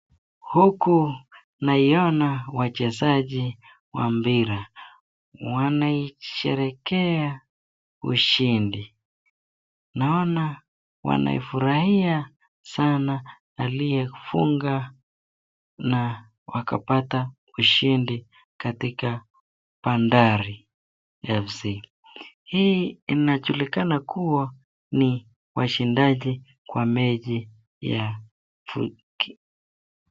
Huku naona wachezaji wa mpira wanaisherehekea ushindi. Naona wanaifurahia sana aliyefunga na wakapata ushindi katika Bandari FC. Hii inajulikana kuwa ni washindaji kwa mechi ya.